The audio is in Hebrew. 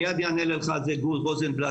מיד יענה לך על זה גור רוזנבלט,